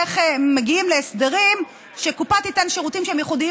איך מגיעים להסדרים שקופה תיתן שירותים שהם ייחודיים